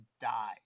die